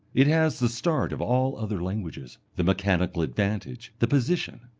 it has the start of all other languages the mechanical advantage the position.